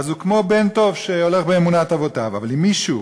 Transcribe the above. הוא כמו בן טוב שהולך באמונת אבותיו, אבל אם מישהו